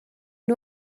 nhw